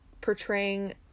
portraying